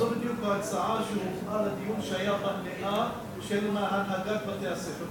זו בדיוק ההצעה שהובאה לדיון שהיה במליאה עם הנהגת בתי-הספר,